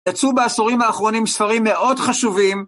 יצאו בעשורים האחרונים ספרים מאוד חשובים.